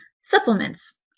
supplements